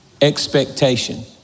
Expectation